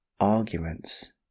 arguments